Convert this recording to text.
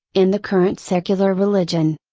in the current secular religion.